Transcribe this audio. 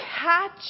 catch